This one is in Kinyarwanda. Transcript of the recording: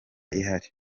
ihari